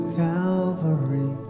calvary